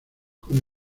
con